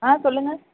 ஆ சொல்லுங்க